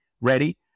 ready